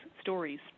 stories